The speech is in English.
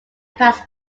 pass